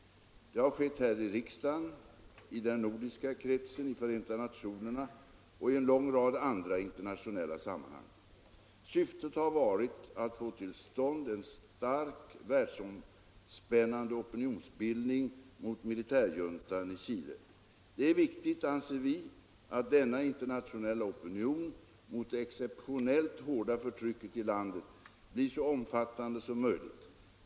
Det har skett här i riksdagen, i den nordiska kretsen, i Förenta nationerna och i en lång rad andra internationella sammanhang. Syftet har varit att få till stånd en stark världsomspännande opinionsbildning mot militärjuntan i Chile. Det är viktigt, anser vi, att denna internationella opinion mot det exceptionellt hårda förtrycket i landet blir så omfattande som möjligt.